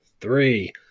three